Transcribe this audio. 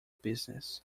business